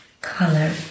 color